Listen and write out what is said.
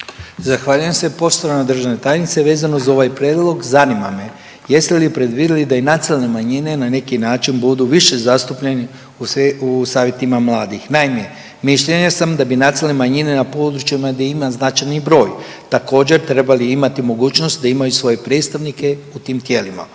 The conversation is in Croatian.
Zahvaljujem se poštovana državna tajnice. Vezano za ovaj predlog, zanima me jeste li predvidjeli da i nacionalne manjine na neki način budu više zastupljeni u savjetima mladih? Naime, mišljenja sam da bi nacionalne manjine na područjima gdje ima značajni broj, također trebali imati mogućnost da imaju svoje predstavnike u tim tijelima.